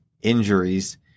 injuries